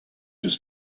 was